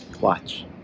watch